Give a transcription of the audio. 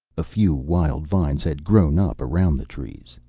a few wild vines had grown up around the trees,